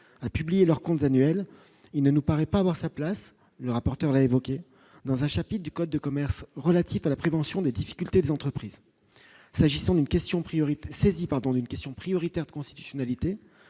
a publié leurs comptes annuels, il ne nous paraît pas avoir sa place, le rapporteur a évoqué dans un chat pique du code de commerce relatif à la prévention des difficultés de l'entreprise, s'agissant d'une question prioritaire saisie par